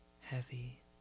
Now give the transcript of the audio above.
heavy